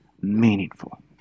meaningful